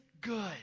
good